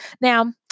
Now